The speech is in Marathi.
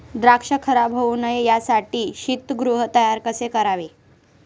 द्राक्ष खराब होऊ नये यासाठी शीतगृह तयार कसे करावे?